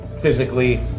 Physically